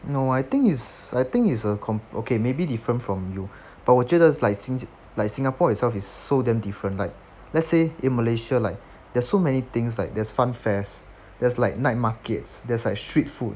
no I think is I think is a comp~ okay maybe different from you but 我觉得 like since like singapore itself is so damn different like let's say in malaysia like there's so many things like there's fun fares there's like night markets there's like street food